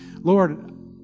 Lord